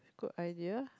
good ideas